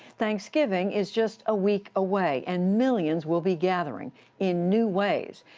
thanksgiving is just a week away, and millions will be gathering in new ways.